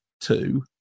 two